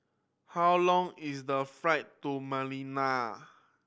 how long is the flight to Manila